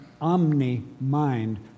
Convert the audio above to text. omni-mind